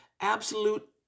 absolute